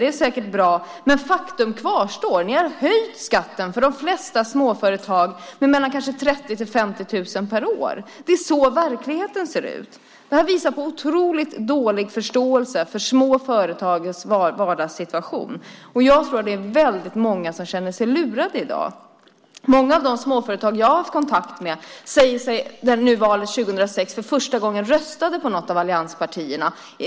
Det är säkert bra, men faktum kvarstår: Ni har höjt skatten för de flesta småföretag med kanske mellan 30 000 och 50 000 kronor per år. Det är så verkligheten ser ut. Detta visar på en otroligt dålig förståelse för små företags vardagssituation, och jag tror att det är väldigt många som känner sig lurade i dag. Många av de småföretagare som jag har haft kontakt med säger att de 2006 för första gången röstade på något av allianspartierna.